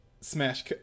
Smash